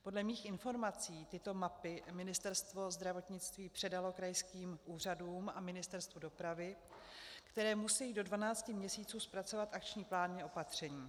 Podle mých informací tyto mapy Ministerstvo zdravotnictví předalo krajským úřadům a Ministerstvu dopravy, které musejí do dvanácti měsíců zpracovat akční plány opatření.